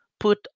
put